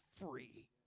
free